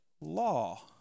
law